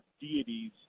deities